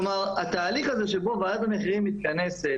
כלומר, התהליך הזה שבו ועדת המחירים מתכנסת